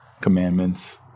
commandments